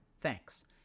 Thanks